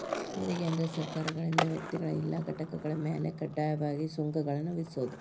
ತೆರಿಗೆ ಅಂದ್ರ ಸರ್ಕಾರಗಳಿಂದ ವ್ಯಕ್ತಿಗಳ ಇಲ್ಲಾ ಘಟಕಗಳ ಮ್ಯಾಲೆ ಕಡ್ಡಾಯವಾಗಿ ಸುಂಕಗಳನ್ನ ವಿಧಿಸೋದ್